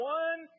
one